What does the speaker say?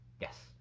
Yes